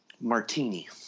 martini